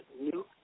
new